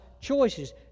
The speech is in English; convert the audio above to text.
choices